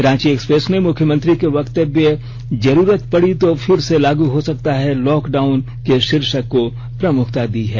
Ranchi express ने मुख्यमंत्री के वक्तब्य जरूरत पड़ी तो फिर से लागू हो सकता है लॉकडाउन के शीर्षक को प्रमुखता दी है